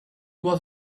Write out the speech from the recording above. was